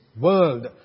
world